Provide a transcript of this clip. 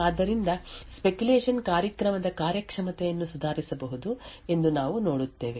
ಆದ್ದರಿಂದ ಸ್ಪೆಕ್ಯುಲೇಶನ್ ಕಾರ್ಯಕ್ರಮದ ಕಾರ್ಯಕ್ಷಮತೆಯನ್ನು ಸುಧಾರಿಸಬಹುದು ಎಂದು ನಾವು ನೋಡುತ್ತೇವೆ